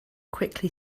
quickly